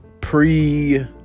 pre-